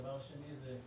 הדבר השני זה...